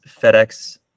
FedEx